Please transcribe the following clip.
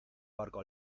barco